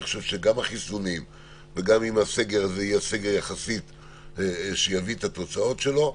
אני חושב שעם החיסונים ואם הסגר יביא את התוצאות שלו,